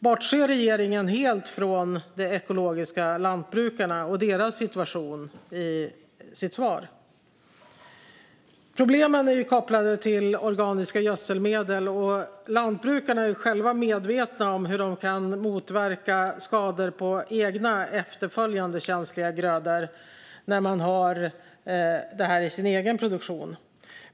Bortser regeringen helt från de ekologiska lantbrukarna och deras situation? Problemen är kopplade till organiska gödselmedel. Lantbrukarna är själva medvetna om hur de kan motverka skador på egna efterföljande känsliga grödor när de har detta i sin egen produktion.